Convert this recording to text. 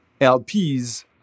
lps